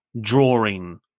drawing